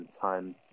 time